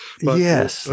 Yes